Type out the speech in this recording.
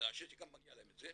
שגם מגיע להם את זה,